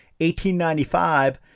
1895